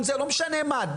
לא משנה מה,